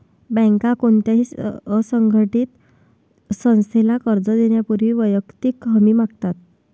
बँका कोणत्याही असंघटित संस्थेला कर्ज देण्यापूर्वी वैयक्तिक हमी मागतात